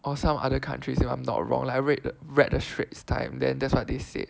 or some other countries if I'm not wrong I read read the Straits Time then that's what they said